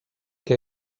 què